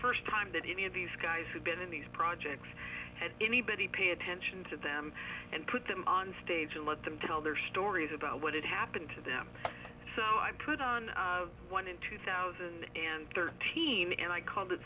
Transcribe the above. first time that any of these guys who've been in these projects had anybody pay attention to them and put them on stage and let them tell their stories about what had happened to them so i put on one in two thousand and thirteen and i called